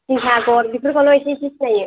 निसा आगर बेफोरखौल' इसे इसे सिनायो